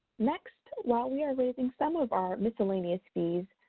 next, while we are raising some of our miscellaneous fees,